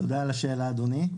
תודה על השאלה, אדוני.